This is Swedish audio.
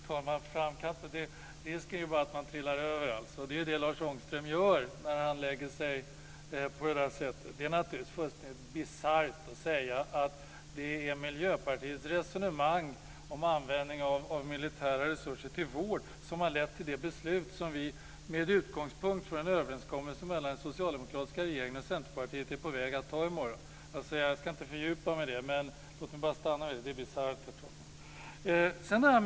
Herr talman! När det gäller att ligga i framkant vill jag säga att risken är att man trillar över. Det är det som Lars Ångström gör. Det är naturligtvis fullständigt bisarrt att säga att det är Miljöpartiets resonemang om att man ska använda militära resurser till vård som har lett till det beslut som vi med utgångspunkt från en överenskommelse mellan den socialdemokratiska regeringen och Centerpartiet är på väg att fatta i morgon. Jag ska inte fördjupa mig i det. Låt mig stanna vid att det är bisarrt, herr talman!